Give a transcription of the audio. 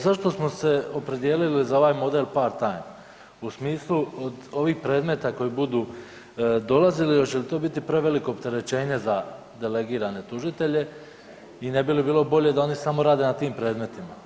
Zašto smo se opredijelili za ovaj model part time u smislu ovih predmeta koji budu dolazili, hoće li to biti preveliko opterećenje za delegirane tužitelje i ne bi li bilo bolje da oni samo rade na tim predmetima?